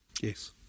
Yes